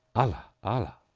allah! allah!